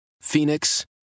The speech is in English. Phoenix